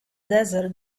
desert